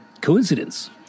coincidence